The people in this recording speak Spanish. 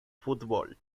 fútbol